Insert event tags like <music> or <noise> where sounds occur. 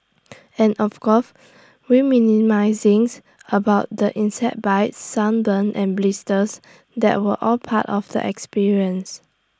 and of course <unintelligible> about the insect bites sunburn and blisters that were all part of the experience